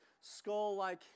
skull-like